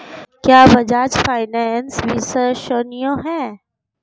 क्या बजाज फाइनेंस विश्वसनीय है?